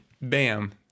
bam